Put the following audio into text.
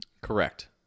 Correct